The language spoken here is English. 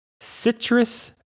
Citrus